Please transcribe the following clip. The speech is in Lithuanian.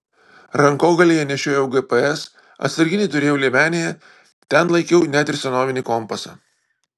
rankogalyje nešiojau gps atsarginį turėjau liemenėje ten laikiau net ir senovinį kompasą